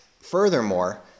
furthermore